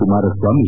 Kumaraswamy